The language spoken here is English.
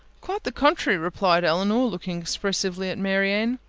quite the contrary, replied elinor, looking expressively at marianne.